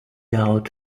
out